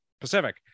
Pacific